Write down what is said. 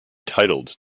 titled